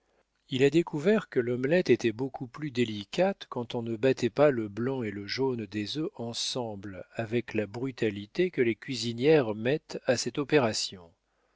il a découvert que l'omelette était beaucoup plus délicate quand on ne battait pas le blanc et le jaune des œufs ensemble avec la brutalité que les cuisinières mettent à cette opération